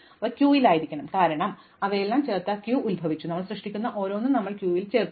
അവ ക്യൂവിലായിരിക്കണം കാരണം അവയെല്ലാം ചേർത്താൽ ക്യൂ ഉത്ഭവിച്ചു ഞങ്ങൾ സൃഷ്ടിക്കുന്ന ഓരോന്നും ഞങ്ങൾ ക്യൂവിൽ ചേർക്കും